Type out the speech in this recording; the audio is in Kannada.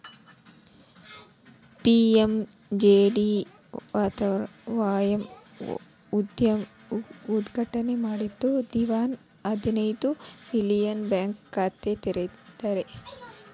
ಪಿ.ಎಂ.ಜೆ.ಡಿ.ವಾಯ್ ಉದ್ಘಾಟನೆ ಮಾಡಿದ್ದ ದಿವ್ಸಾನೆ ಹದಿನೈದು ಮಿಲಿಯನ್ ಬ್ಯಾಂಕ್ ಖಾತೆ ತೆರದಾರ್